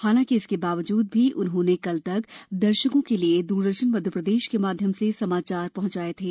हालांकि इसके बावजूद भी उन्होंने कल दर्शकों तक द्रदर्शन मध्यप्रदेश के माध्यम से समाचार पहुंचाए थे